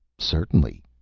certainly,